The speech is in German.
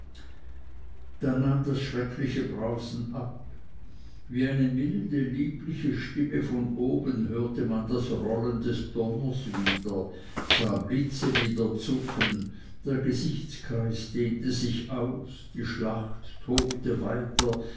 da nahm das schreckliche brausen ab wie eine milde liebliche stimme von oben hörte man das rollen des donners wieder sah die blitze wieder zucken der gesichtskreis dehnte sich aus die schlacht tobte weiter